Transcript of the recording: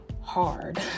hard